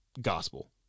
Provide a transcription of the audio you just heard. gospel